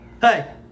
hey